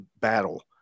battle